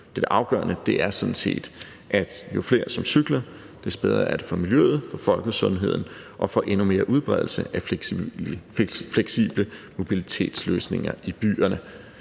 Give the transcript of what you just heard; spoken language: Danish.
Det afgørende er sådan set, at jo flere, som cykler, des bedre er det for miljøet, for folkesundheden og for endnu mere udbredelse af fleksible mobilitetsløsninger i byerne.